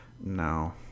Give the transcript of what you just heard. no